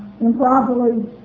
improperly